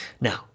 Now